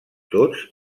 tots